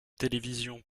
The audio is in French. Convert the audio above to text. télévision